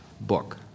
book